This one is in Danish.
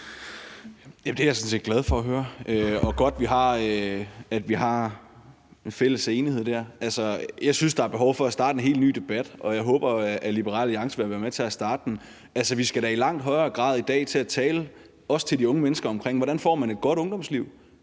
Det er jeg sådan set glad for at høre – og godt, at vi har en fælles enighed der. Altså, jeg synes, der er behov for at starte en helt ny debat, og jeg håber, at Liberal Alliance vil være med til at starte den. Vi skal da i langt højere grad i dag til at tale, også med de unge mennesker, om, hvordan man får et godt ungdomsliv